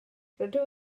rydw